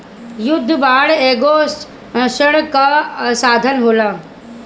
युद्ध बांड एगो ऋण कअ साधन होला